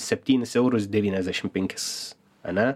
septynis eurus devyniasdešimt penkis ane